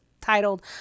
titled